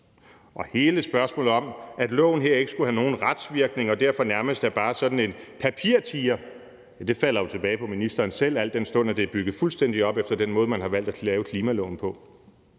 Og hele spørgsmålet om, at loven her ikke skulle have nogen retsvirkning og derfor nærmest bare er sådan en papirtiger, falder jo tilbage på ministeren selv, al den stund at det er bygget fuldstændig op efter den måde, man har valgt at lave klimaloven på.